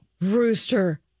Rooster